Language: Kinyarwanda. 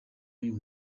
uyu